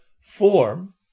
form